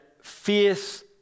fierce